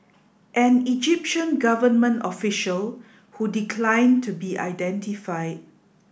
an Egyptian government official who declined to be identified